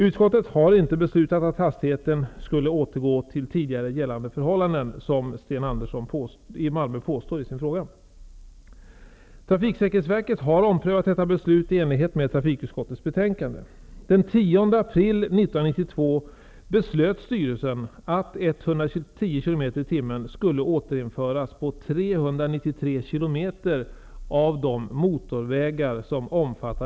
Utskottet har inte beslutat att hastigheten skulle återgå till tidigare gällande förhållanden, vilket Sten Andersson i Malmö påstår i sin fråga. Trafiksäkerhetsverket har omprövat detta beslut i enlighet med Trafikutskottets betänkande.